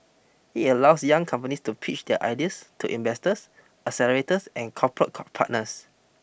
it allows young companies to pitch their ideas to investors accelerators and corporate partners